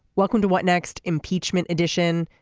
welcome to what next impeachment edition.